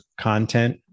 content